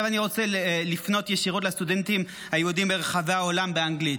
עכשיו אני רוצה לפנות ישירות באנגלית לסטודנטים היהודים ברחבי העולם: